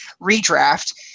Redraft